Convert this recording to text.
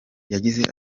yagize